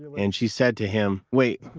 and she said to him, wait,